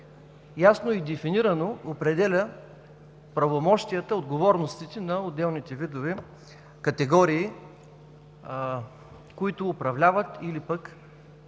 ясно и дефинирано определя правомощията, отговорностите на отделните видове категории, които управляват или